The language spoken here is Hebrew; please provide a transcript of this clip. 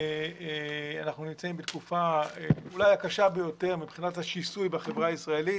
אנחנו נמצאים בתקופה אולי הקשה ביותר מבחינת השיסוי בחברה הישראלית